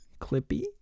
Clippy